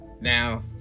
now